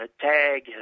tag